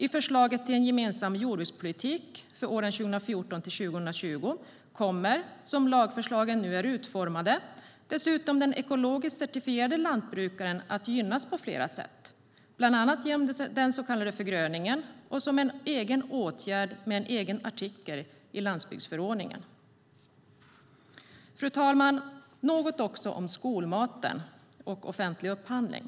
I förslaget till en gemensam jordbrukspolitik för åren 2014-2020 kommer, som lagförslagen nu är utformade, dessutom den ekologiskt certifierade lantbrukaren att gynnas på flera sätt, bland annat genom den så kallade förgröningen och som en egen åtgärd med en egen artikel i landsbygdsförordningen. Fru talman! Jag vill också säga något om skolmaten och offentlig upphandling.